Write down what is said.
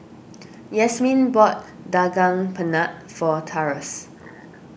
Yasmeen bought Daging Penyet for Tyrus